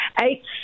Eight